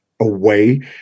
away